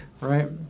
right